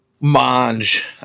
mange